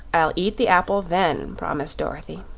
i'll eat the apple then, promised dorothy.